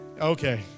Okay